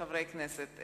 חברי הכנסת,